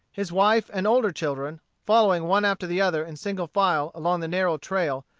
his wife and older children, following one after the other in single file along the narrow trail,